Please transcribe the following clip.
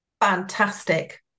Fantastic